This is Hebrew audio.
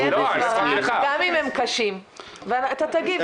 גם אם הם קשים ואתה תגיב.